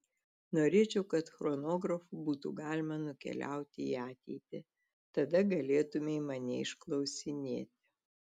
norėčiau kad chronografu būtų galima nukeliauti į ateitį tada galėtumei mane išklausinėti